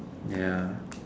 ya